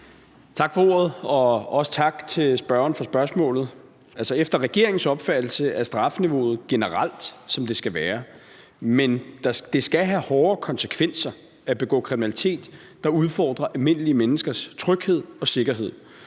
Tak for ordet, og også tak til spørgeren for spørgsmålet. Efter regeringens opfattelse er strafniveauet generelt, som det skal være, men det skal have hårde konsekvenser at begå kriminalitet, der udfordrer almindelige menneskers tryghed og sikkerhed.